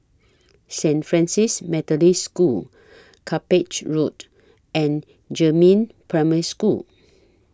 Saint Francis Methodist School Cuppage Road and Jiemin Primary School